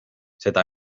seda